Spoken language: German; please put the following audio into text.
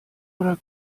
oder